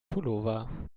pullover